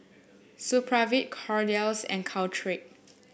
Supravit Kordel's and Caltrate